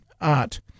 art